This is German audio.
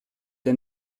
der